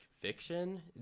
fiction